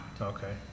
Okay